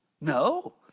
No